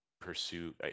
pursue